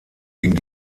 ging